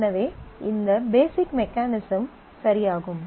எனவே இந்த basic mechanism சரியாகும்